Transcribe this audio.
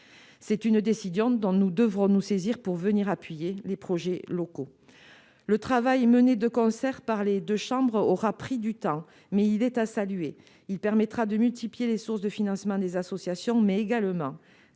C'est une décision dont nous devrons nous saisir pour venir appuyer les projets locaux. Madame la secrétaire d'État, mes chers collègues, le travail mené de concert par les deux chambres aura pris du temps, mais il est à saluer. Il permettra de multiplier les sources de financement des associations, mais également